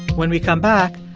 when we come back,